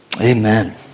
amen